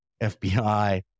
FBI